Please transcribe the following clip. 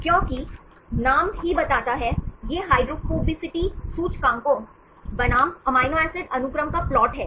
क्योंकि नाम ही बताता है यह हाइड्रोफोबिसिटी सूचकांकों बनाम अमीनो एसिड अनुक्रम का प्लाट है